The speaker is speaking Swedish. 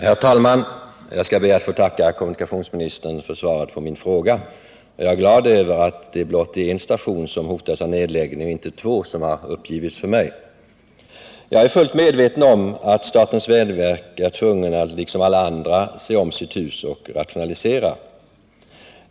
Herr talman! Jag skall be att få tacka kommunikationsministern för svaret på min fråga. Jag är glad över att det blott är en station som hotas av nedläggning och inte två, som har uppgivits för mig. Jag är fullt medveten om att statens vägverk är tvunget att liksom alla andra se om sitt hus och rationalisera.